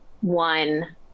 one